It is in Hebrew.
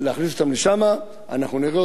אנחנו נראה אותם עוזבים את הארץ בכמויות,